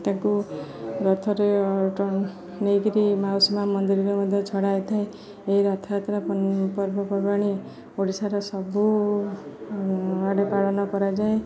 ତାଙ୍କୁ ରଥରେ ନେଇ କରି ମାଉସୀ ମା' ମନ୍ଦିରରେ ମଧ୍ୟ ଛଡ଼ା ହେଇଥାଏ ଏହି ରଥଯାତ୍ରା ପର୍ବପର୍ବାଣି ଓଡ଼ିଶାର ସବୁ ଆଡ଼େ ପାଳନ କରାଯାଏ